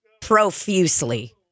profusely